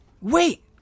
wait